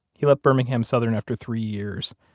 he left birmingham southern after three years.